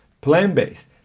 plant-based